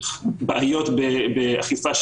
תודה רבה על דברייך.